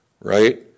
right